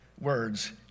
words